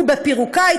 ובפירוקה,